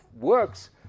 works